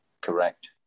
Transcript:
correct